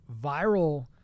viral